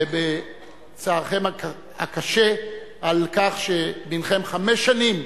ובצערכם הקשה על כך שבנכם חמש שנים